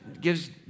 gives